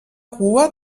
cua